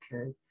Okay